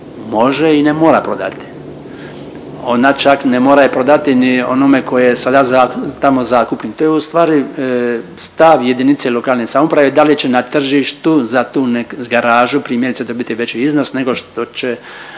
može i ne mora prodati, ona čak ne mora je prodati ni onome ko je sada tamo zakupnik. To je ustvari stav JLS da li će na tržištu za tu garažu primjerice dobiti veći iznos nego što će,